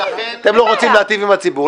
אתם לא רוצים להיטיב עם הציבור,